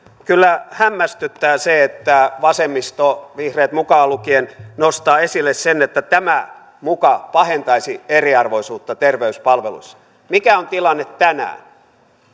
kyllä hämmästyttää se että vasemmisto vihreät mukaan lukien nostaa esille sen että tämä muka pahentaisi eriarvoisuutta terveyspalveluissa mikä on tilanne tänään